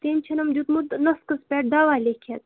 تٔمۍ چھُنَم دیُتمُت نُسکَس پٮ۪ٹھ دَوا لیکھِتھ